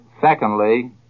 secondly